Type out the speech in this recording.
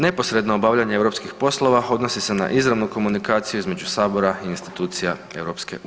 Neposredno obavljanje europskih poslova odnosi se na izravnu komunikaciju između sabora i institucija EU.